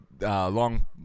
long